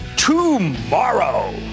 tomorrow